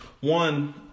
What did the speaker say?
one